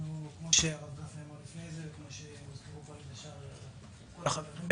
כפי שהרב גפני אמר לפני כן וכפי שאמרו כל החברים,